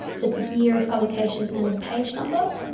the year of publication, and the page number.